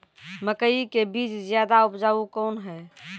मकई के बीज ज्यादा उपजाऊ कौन है?